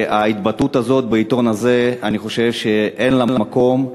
ההתבטאות הזאת בעיתון הזה, אני חושב שאין לה מקום.